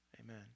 Amen